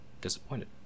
disappointed